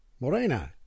Morena